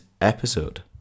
episode